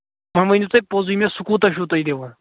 وۄنۍ ؤنِو تُہۍ پوٚزُے مےٚ سُہ کوٗتاہ چھُو تۄہہِ دِوان